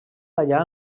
allà